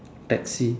taxi